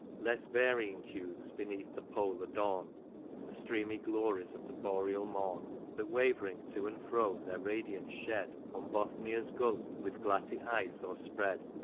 less varying hues beneath the pole adorn the streamy glories of the boreal morn, that wavering to and fro their radiance shed on bothnia's gulph with glassy ice o'erspread,